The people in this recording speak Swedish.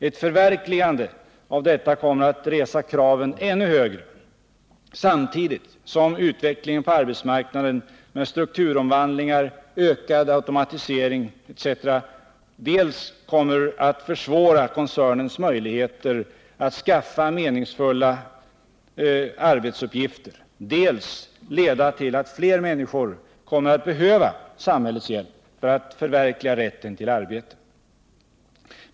Ett förverkligande av detta kommer att resa kraven ännu högre, samtidigt som utvecklingen på arbetsmarknaden med strukturomvandlingar, ökad automatisering etc. kommer dels att försvåra koncernens möjligheter att skaffa meningsfulla arbetsuppgifter, dels att leda till att fler människor kommer att behöva samhällets hjälp för att förverkliga rätten till arbete.